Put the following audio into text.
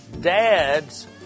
Dad's